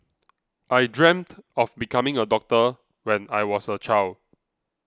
I dreamt of becoming a doctor when I was a child